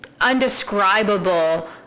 undescribable